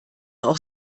auch